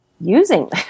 using